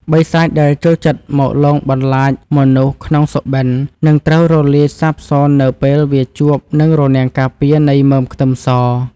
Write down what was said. បិសាចដែលចូលចិត្តមកលងបន្លាចមនុស្សក្នុងសុបិននឹងត្រូវរលាយសាបសូន្យនៅពេលវាជួបនឹងរនាំងការពារនៃមើមខ្ទឹមស។